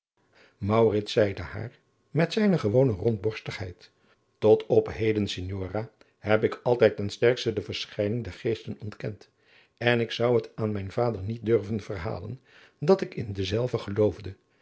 zeide haar met zijne gewone rondborstigheid tot op heden signore heb ik altijd ten sterkste de verschijning der geesten ontkend en ik zou het aan mijn vader niet durven verhalen dat ik in dezelve geloofde